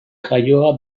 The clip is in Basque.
jaioa